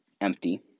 empty